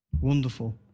Wonderful